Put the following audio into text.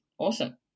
awesome